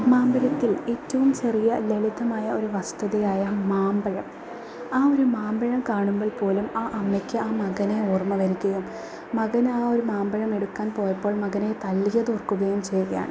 മാമ്പഴത്തിൽ ഏറ്റവും ചെറിയ ലളിതമായ ഒരു വസ്തുതയായ മാമ്പഴം ആ ഒരു മാമ്പഴം കാണുമ്പോൾ പോലും ആ അമ്മക്ക് ആ മകനെ ഓർമ്മ വരികയും മകന് ആ ഒരു മാമ്പഴം എടുക്കാൻ പോയപ്പോൾ മകനെ തല്ലിയതോർക്കുകയും ചെയ്യുകയാണ്